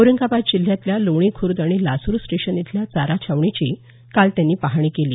औरंगाबाद जिल्ह्यातल्या लोणी खुर्द आणि लासूर स्टेशन इथल्या चारा छावणीची काल त्यांनी पाहणी केली